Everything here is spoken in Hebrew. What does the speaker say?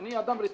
אני אדם רציני,